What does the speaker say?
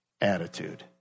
attitude